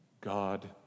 God